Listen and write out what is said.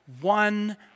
one